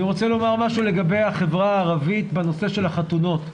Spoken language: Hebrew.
רוצה לומר משהו לגבי החברה הערבית בנושא של החתונות.